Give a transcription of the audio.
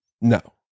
No